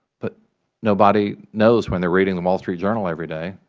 but nobody knows when they are reading the wall street journal everyday,